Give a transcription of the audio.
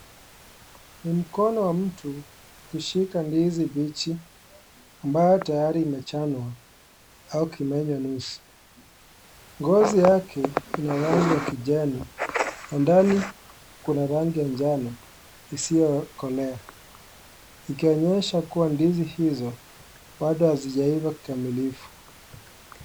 Ni mkono wa mtu ukishika ndizi mbichi ambayo tayari imechanwa au kumenywa nusu , ngozi yake ina rangi ya kijani na ndani kuna rangi ya njano isiyokolea ikionyesha kuwa ndizi hizo hazijaiva kikamilifu.